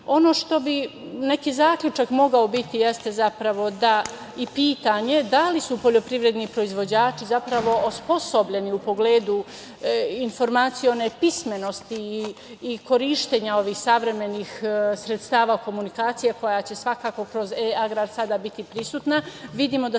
što bi neki zaključak mogao biti i pitanje, jeste zapravo da li su poljoprivredni proizvođači, zapravo osposobljeni u pogledu informacija one pismenosti i korišćenja ovih savremenih sredstava komunikacije, koja će svakako kroz E-agrar sada biti prisutna. Vidimo da